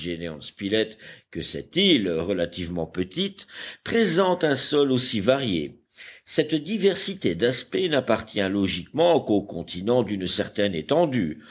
que cette île relativement petite présente un sol aussi varié cette diversité d'aspect n'appartient logiquement qu'aux continents d'une certaine étendue